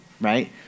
Right